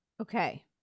Okay